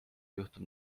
juhtum